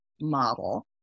model